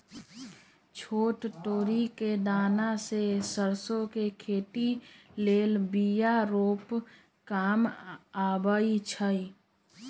छोट तोरि कें दना से सरसो के खेती लेल बिया रूपे काम अबइ छै